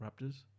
Raptors